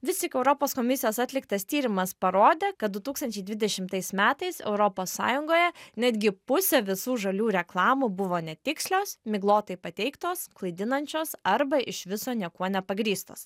vis tik europos komisijos atliktas tyrimas parodė kad du tūkstančiai dvidešimtais metais europos sąjungoje netgi pusė visų žalių reklamų buvo netikslios miglotai pateiktos klaidinančios arba iš viso niekuo nepagrįstos